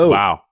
Wow